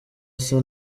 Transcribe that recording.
asa